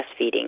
breastfeeding